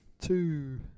Two